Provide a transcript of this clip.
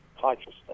consciousness